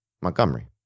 Montgomery